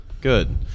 Good